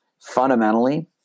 fundamentally